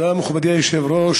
תודה, מכובדי היושב-ראש.